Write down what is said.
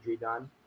done